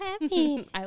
happy